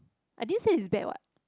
I didn't say it's bad [what]